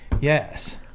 Yes